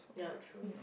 ya true